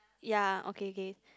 yea okay okay